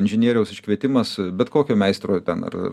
inžinieriaus iškvietimas bet kokio meistro ten ar